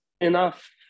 enough